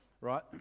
Right